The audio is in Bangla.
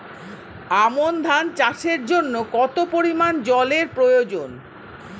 আমন ধান চাষের জন্য কত পরিমান জল এর প্রয়োজন?